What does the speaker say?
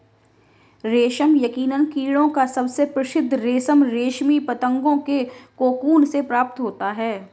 रेशम यकीनन कीड़ों का सबसे प्रसिद्ध रेशम रेशमी पतंगों के कोकून से प्राप्त होता है